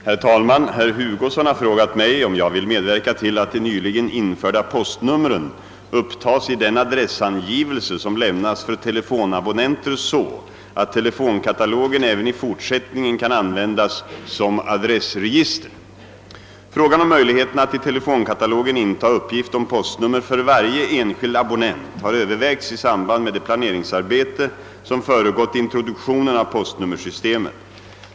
Herr talman! Herr Hugosson har frågat mig, om jag vill medverka till att de nyligen införda postnumren upptas i den adressangivelse, som lämnas för telefonabonnenter så att telefonkatalogen även i fortsättningen kan användas som adressregister. Frågan om möjligheterna att i telefonkatalogen inta uppgift om postnummer för varje enskild abonnent har övervägts i samband med det planeringsarbete, som föregått introduktionen av postnummersystemet.